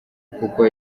kuko